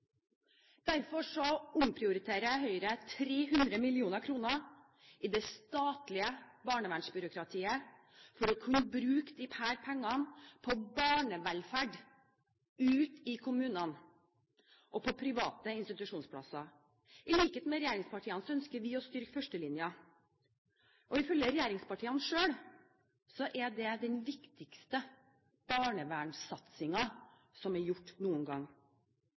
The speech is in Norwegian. Derfor omprioriterer Høyre 300 mill. kr i det statlige barnevernsbyråkratiet for å kunne bruke disse pengene på barnevelferd ute i kommunene og på private institusjonsplasser. I likhet med regjeringspartiene ønsker vi å styrke førstelinjen, og ifølge regjeringspartiene selv er det den viktigste barnevernssatsingen som er gjort noen gang.